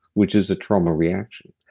which is a trauma reaction.